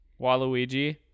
Waluigi